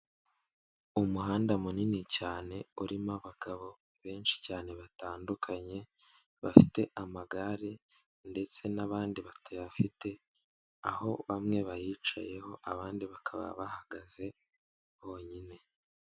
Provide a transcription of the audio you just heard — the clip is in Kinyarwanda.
Umuhanda munini cyane urimo abagabo benshi cyane batandukanye, bafite amagare ndetse n'abandi batayafite, aho bamwe bayicayeho abandi bakaba bahagaze bonyine.